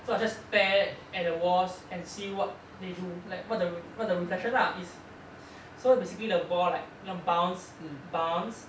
so I just stare at the walls and see what they do like what the what the reflection lah is so basically the ball like you know bounce bounce